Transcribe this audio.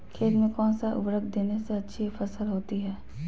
खेत में कौन सा उर्वरक देने से अच्छी फसल होती है?